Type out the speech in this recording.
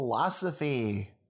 philosophy